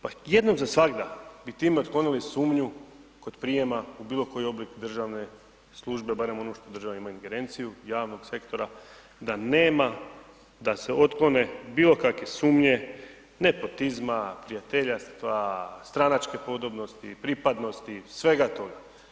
Pa jednom za svagda bi time otklonili sumnju kod prijema u bilo koji oblik državne službe barem u onom što država ima ingerenciju, javnog sektora da nema, da se otklone bilo kakve sumnje, nepotizma, prijateljstva, stranačke podobnosti, pripadnosti, svega toga.